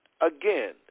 again